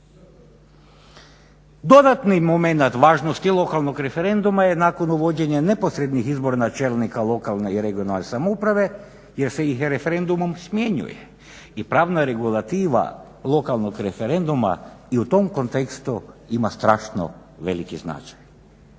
Dodatni momenat važnosti lokalnog referenduma je nakon uvođenja neposrednih izbora čelnika lokalne i regionalne samouprave jer ih se referendumom smjenjuje i pravna regulativa lokalnog referenduma i u tom kontekstu ima strašno veliki značaj.